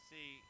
See